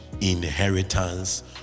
inheritance